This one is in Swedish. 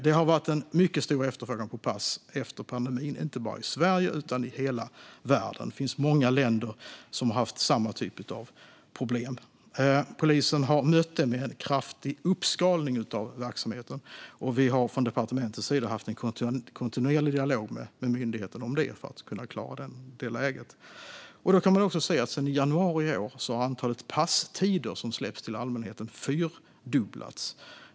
Det har varit en mycket stor efterfrågan på pass efter pandemin, inte bara i Sverige utan i hela världen. Det finns många länder som har haft samma typ av problem. Polisen har mött det med en kraftig uppskalning av verksamheten, och vi har från departementets sida haft en kontinuerlig dialog med myndigheten om det för att man ska kunna klara det läget. Sedan januari i år har antalet passtider som släpps till allmänheten fyrdubblats.